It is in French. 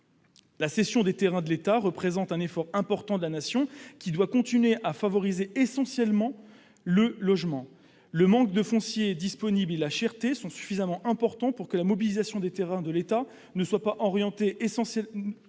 La cession des terrains de l'État représente un effort important de la Nation, qui doit continuer de favoriser essentiellement le logement. Le manque de foncier disponible et sa cherté sont suffisamment importants pour que la mobilisation des terrains de l'État soit orientée essentiellement